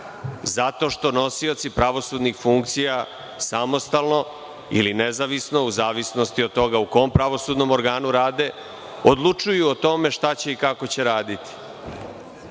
zato što nosioci pravosudnih funkcija samostalno ili nezavisno, u zavisnosti od toga u kom pravosudnom organu rade, odlučuju o tome šta će i kako će raditi. Dakle,